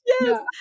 yes